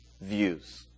views